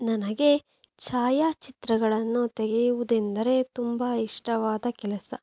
ನನಗೆ ಛಾಯಾಚಿತ್ರಗಳನ್ನು ತೆಗೆಯುವುದೆಂದರೆ ತುಂಬ ಇಷ್ಟವಾದ ಕೆಲಸ